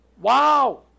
Wow